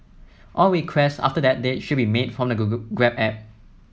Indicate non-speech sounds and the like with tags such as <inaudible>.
all requests after that date should be made from the <unintelligible> Grab app